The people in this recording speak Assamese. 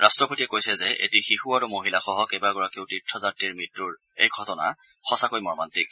ৰাট্টপতিয়ে কৈছে যে এটি শিশু আৰু মহিলাসহ কেইবাগৰাকীও তীৰ্থযাত্ৰীৰ মৃত্যুৰ এই ঘটনা সঁচাকৈ মৰ্মান্তিক